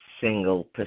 single